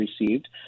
received